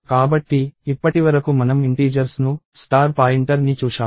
కాబట్టి ఇప్పటివరకు మనం ఇంటీజర్స్ ను స్టార్ పాయింటర్ని చూశాము